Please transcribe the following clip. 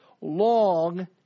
long